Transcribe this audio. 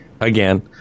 Again